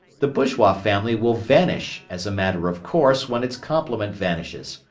the bourgeois family will vanish as a matter of course when its complement vanishes,